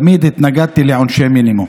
תמיד התנגדתי לעונשי מינימום,